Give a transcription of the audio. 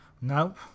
Nope